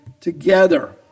together